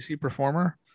performer